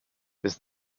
bis